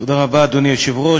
אדוני היושב-ראש,